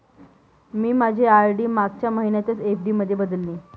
मी माझी आर.डी मागच्या महिन्यातच एफ.डी मध्ये बदलली